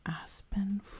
Aspen